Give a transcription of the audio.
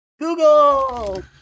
Google